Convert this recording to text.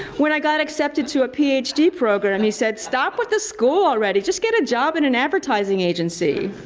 when i got accepted to a ph d. program, he said, stop with the school already. just get a job in an advertising agency.